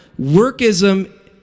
Workism